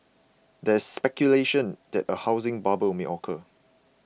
there is speculation that a housing bubble may occur